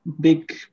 big